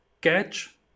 catch